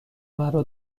مرا